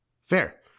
Fair